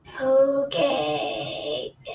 Okay